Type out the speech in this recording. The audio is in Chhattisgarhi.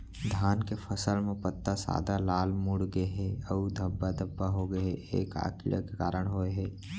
धान के फसल म पत्ता सादा, लाल, मुड़ गे हे अऊ धब्बा धब्बा होगे हे, ए का कीड़ा के कारण होय हे?